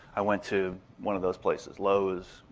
i went to one of those places lowes,